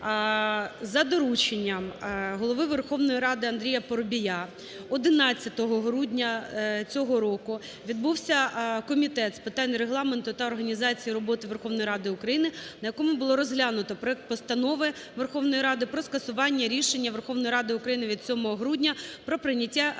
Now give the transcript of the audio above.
за дорученням Голови Верховної Ради Андрія Парубія 11 грудня цього року відбувся Комітет з питань Регламенту та організації роботи Верховної Ради України, на якому було розглянуто проект Постанови Верховної Ради про скасування рішення Верховної Ради від 7 грудня про прийняття в